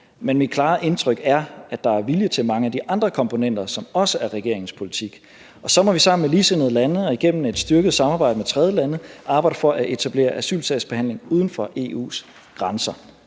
men mit klare indtryk er, at der er vilje til at se på mange af de andre komponenter, som også er i regeringens politik. Og så må vi sammen med ligesindede lande og igennem et styrket samarbejde med tredjelande arbejde for at etablere asylsagsbehandling uden for EU's grænser.